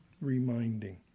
reminding